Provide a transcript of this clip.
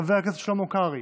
חבר הכנסת שלמה קרעי,